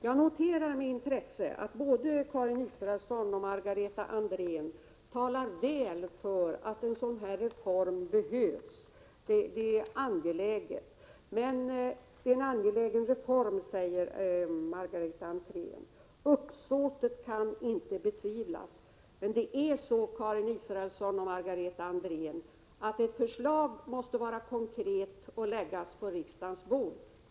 Jag noterar med intresse att både Karin Israelsson och Margareta Andrén talar väl för att en sådan här reform behövs. Det är en angelägen reform och uppsåtet kan inte betvivlas, säger Margareta Andrén. Men det är nu så, Karin Israelsson och Margareta Andrén, att ett förslag måste vara konkret och läggas på riksdagens bord.